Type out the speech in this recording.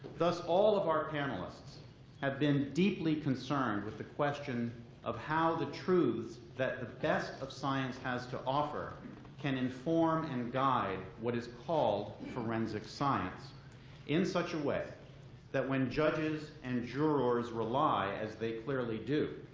thus, all of our panelists have been deeply concerned with the question of how the truth that the best of science has to offer can inform and guide what is called forensic science in such a way that when judges and jurors rely, as they clearly do,